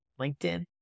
LinkedIn